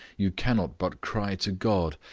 you cannot but cry to god,